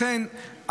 לכן,